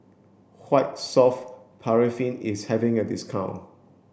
white soft paraffin is having a discount